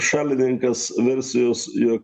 šalininkas versijos jog